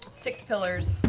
six pillars